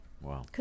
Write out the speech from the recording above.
Wow